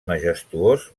majestuós